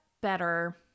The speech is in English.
better